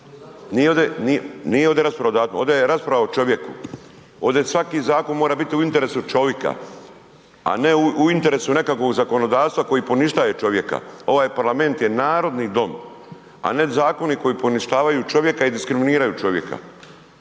ovde je rasprava o čovjeku, ovde svaki zakon mora biti u interesu čovjeka, a nekakvog zakonodavstva koji poništaje čovjeka. Ovaj parlament je narodni dom, a ne zakoni koji poništavaju čovjeka i diskriminiraju čovjeka.